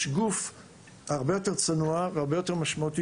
יש גוף הרבה יותר צנוע והרבה יותר משמעותי